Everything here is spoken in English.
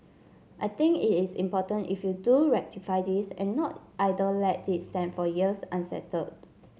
I think it is important if you do ratify this and not either let it stand for years unsettled